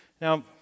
Now